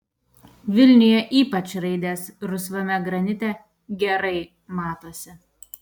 vilniuje ypač raidės rusvame granite gerai matosi